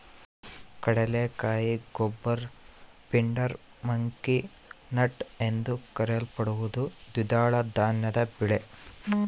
ಕಡಲೆಕಾಯಿ goober pindar monkey nut ಎಂದೂ ಕರೆಯಲ್ಪಡುವ ದ್ವಿದಳ ಧಾನ್ಯದ ಬೆಳೆ